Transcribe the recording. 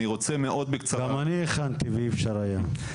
גם אני הכנתי ואי אפשר היה.